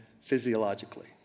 physiologically